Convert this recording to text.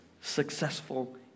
successful